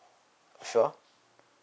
sure